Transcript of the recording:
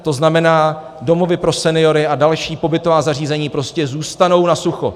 To znamená, domovy pro seniory a další pobytová zařízení prostě zůstanou na sucho.